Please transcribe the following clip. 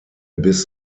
bis